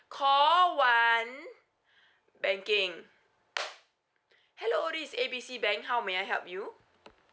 call one banking hello this is A B C bank how may I help you